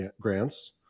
Grants